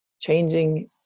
changing